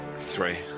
Three